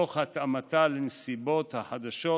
תוך התאמתן לנסיבות החדשות